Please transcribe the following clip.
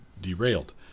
derailed